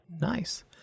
nice